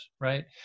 right